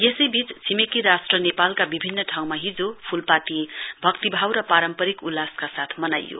यसैवीच छिमेकी राष्ट्र नेपालका विभिन्न ठाउँमा हिजो फूलपाती भक्तिभाव र पारम्परिक उल्लासका साथ मनाइयो